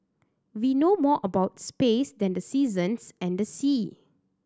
we know more about space than the seasons and the sea